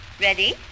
Ready